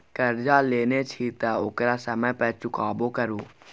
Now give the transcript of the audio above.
करजा लेने छी तँ ओकरा समय पर चुकेबो करु